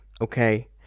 Okay